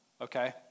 Okay